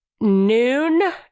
noon